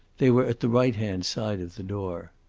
they were at the righthand side of the door.